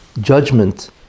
Judgment